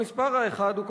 המספר האחד הוא,